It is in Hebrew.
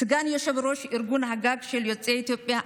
וסגן יושב-ראש ארגון הגג של יוצאי אתיופיה,